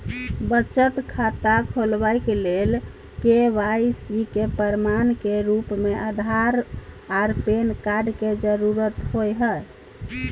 बचत खाता खोलाबय के लेल के.वाइ.सी के प्रमाण के रूप में आधार आर पैन कार्ड के जरुरत होय हय